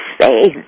say